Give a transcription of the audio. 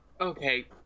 Okay